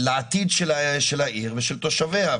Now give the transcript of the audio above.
לעתיד של העיר ושל תושביה.